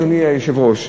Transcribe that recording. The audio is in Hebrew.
אדוני היושב-ראש,